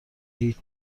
هیچ